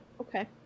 Okay